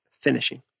finishing